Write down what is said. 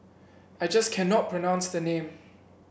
I just cannot pronounce the name